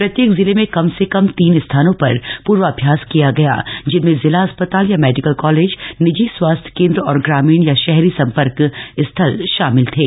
प्रत्येक जिले में कम से कम तीन स्थानों पर पूर्वाभ्यास किया गया जिनमें जिला अस्पताल या मेडिकल कॉलेज निजी स्वास्थ्य केंद्र और ग्रामीण या शहरी संपर्क स्थल शामिल थे